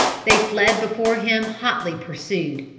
they fled before him hotly pursued.